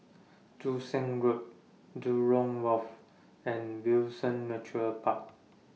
Joo Seng Road Jurong Wharf and Windsor Nature Park